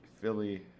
Philly